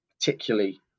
particularly